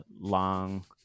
long